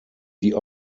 die